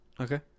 Okay